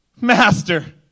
Master